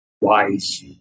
wise